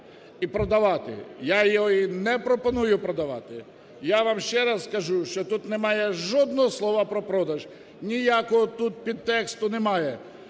і продавати. Я її не пропоную продавати. Я вам ще раз кажу, що тут немає жодного слова про продаж, ніякого тут підтексту немає.